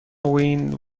win